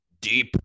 deep